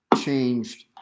changed